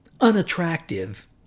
unattractive